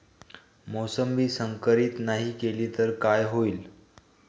मोसंबी संकरित नाही केली तर काय होईल?